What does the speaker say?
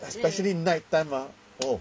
especially night time ah !whoa!